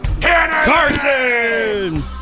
Carson